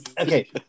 Okay